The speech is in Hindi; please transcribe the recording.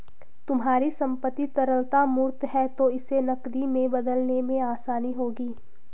तुम्हारी संपत्ति तरलता मूर्त है तो इसे नकदी में बदलने में आसानी होगी